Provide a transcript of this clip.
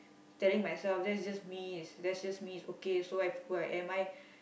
telling myself that just me is that just me is okay so I who am I